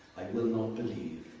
will not believe'.